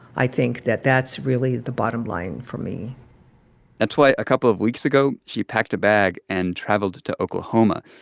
i think that that's really the bottom line for me that's why a couple of weeks ago she packed a bag and traveled to to oklahoma.